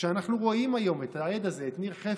כשאנחנו רואים היום את העד הזה, את ניר חפץ,